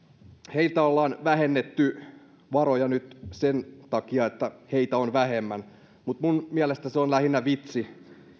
heiltä ollaan vähennetty varoja nyt sen takia että heitä on vähemmän mutta minun mielestäni se on lähinnä vitsi